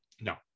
No